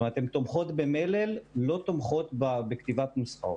הן תומכות במלל ולא תומכות בכתיבת נוסחאות.